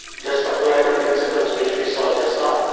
just apply the principles which we saw just now.